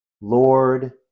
Lord